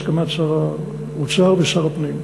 הסכמת שר האוצר ושר הפנים.